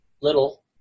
Little